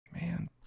Man